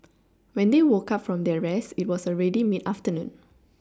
when they woke up from their rest it was already mid afternoon